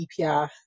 EPR